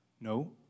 No